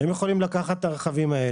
כמעט כל היום הם יכולים לקחת את הרכבים האלה,